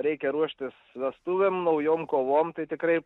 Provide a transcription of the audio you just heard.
reikia ruoštis vestuvėm naujom kovom tai tikrai